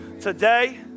today